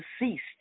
deceased